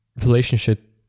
relationship